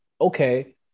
okay